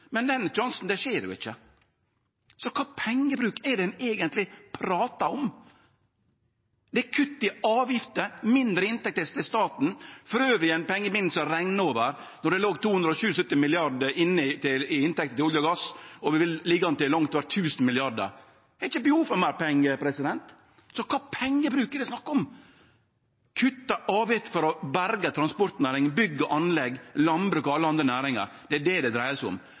det kjem jo ikkje til å skje. Så kva for ein pengebruk er det eigentleg ein pratar om? Det er kutt i avgifter og mindre inntekter til staten. Vi har ein pengebinge som renn over – det var 277 mrd. kr i inntekter frå olje og gass, og vi ligg an til langt over 1 000 mrd. kr. Det er ikkje behov for meir pengar. Så kva for ein pengebruk er det snakk om? Ein kuttar avgifter for å berge transportnæringa, bygg- og anleggsnæringa, landbruket og alle andre næringar – det er det